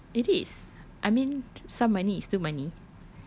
ya it is I mean some money is still money